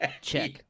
Check